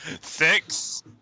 Six